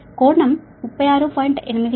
కాబట్టి కోణం 36